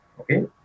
Okay